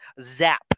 zap